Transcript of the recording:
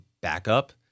backup